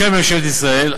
בשם ממשלת ישראל,